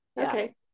okay